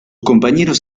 compañeros